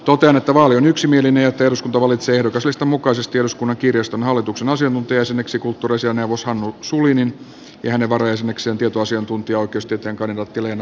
totean että vaali on yksimielinen ja että eduskunta valitsee ehdokaslistan mukaisesti eduskunnan kirjaston hallituksen asiantuntijajäseneksi kulttuuriasiainneuvos hannu sulinin ja hänen varajäsenekseen tietoasiantuntija oikeustieteen kandidaatti leena palmenin